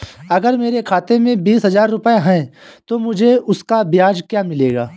अगर मेरे खाते में बीस हज़ार रुपये हैं तो मुझे उसका ब्याज क्या मिलेगा?